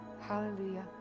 hallelujah